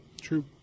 True